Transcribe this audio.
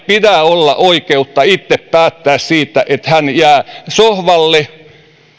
pidä olla oikeutta itse päättää siitä että hän jää sohvalle